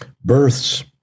births